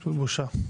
פשוט בושה.